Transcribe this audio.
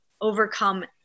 overcome